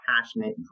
passionate